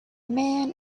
man